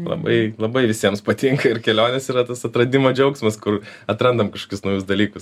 labai labai visiems patinka ir kelionės yra tas atradimo džiaugsmas kur atrandam kažkokius naujus dalykus